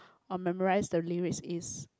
I memorize the lyrics is